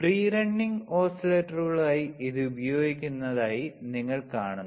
free റണ്ണിംഗ് ഓസിലേറ്ററുകളായി ഇത് ഉപയോഗിക്കുന്നതായി നിങ്ങൾ കാണുന്നു